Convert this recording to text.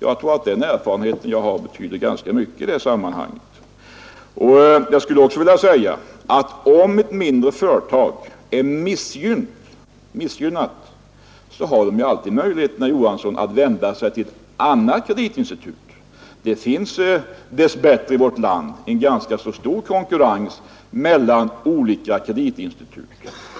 Jag tror den erfarenhet jag har betyder ganska mycket i detta sammanhang. Jag skulle också vilja säga, att om ett mindre företag är missgynnat, har det alltid möjlighet, herr Johansson, att vända sig till annat kreditinstitut. Det finns dess bättre i vårt land ganska stor konkurrens mellan olika kreditinstitut,